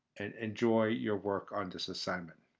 and enjoy your work on this assignment.